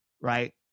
right